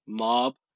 mob